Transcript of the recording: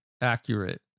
accurate